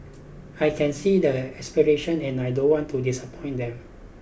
I can see their aspirations and I don't want to disappoint them